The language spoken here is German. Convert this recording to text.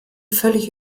völlig